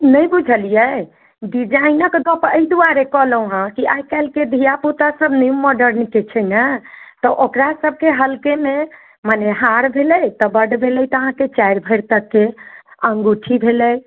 नहि बुझलियै डिजाइनक गप्प एहि दुआरे कहलहुँ हेँ जे आइ काल्हिके धिया पुतासभ न्यू मॉडर्नके छै ने तऽ ओकरासभकेँ हल्केमे मने हार भेलै तऽ बड्ड भेलै तऽ अहाँके चारि भरि तकके अङ्गूठी भेलै